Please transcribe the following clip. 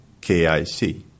KIC